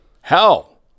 Hell